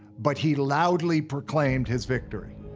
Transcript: but he loudly proclaimed his victory.